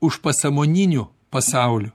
užpasąmoniniu pasauliu